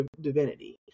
divinity